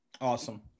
Awesome